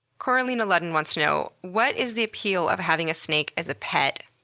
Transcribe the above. coralina ludden wants to know what is the appeal of having a snake as a pet?